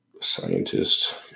scientist